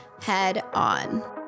head-on